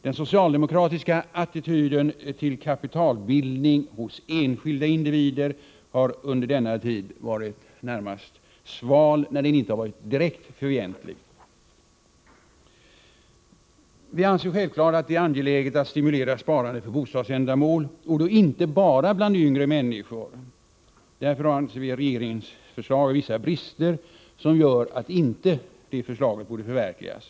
Den socialdemokratiska attityden till kapitalbildning hos enskilda individer har under denna tid varit närmast sval, när den inte har varit direkt fientlig. Vi anser självfallet att det är angeläget att stimulera sparande för bostadsändamål, och då inte bara bland yngre människor. Därför anser vi att regeringens förslag har vissa brister, som gör att det inte borde förverkligas.